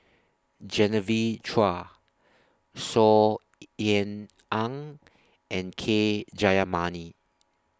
Genevieve Chua Saw Ean Ang and K Jayamani